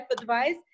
advice